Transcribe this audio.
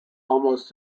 almost